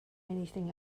anything